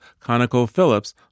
ConocoPhillips